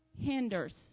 Hinders